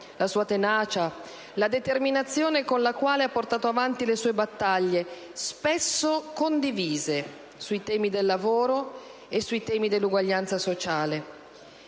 la sua tenacia e la determinazione con le quali ha portato avanti le sue battaglie, spesso condivise, sui temi del lavoro e dell'uguaglianza sociale.